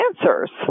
answers